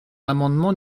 l’amendement